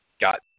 got